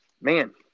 Man